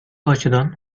açıdan